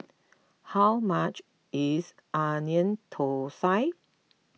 how much is Onion Thosai